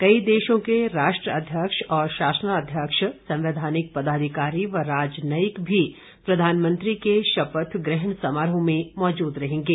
कई देशों के राष्ट्र अध्यक्ष और शासनाध्यक्ष संवैधानिक पदाधिकारी व राजनयिक भी प्रधानमंत्री के शपथ ग्रहण समारोह में उपस्थित रहेंगे